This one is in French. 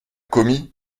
commis